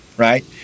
right